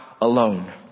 alone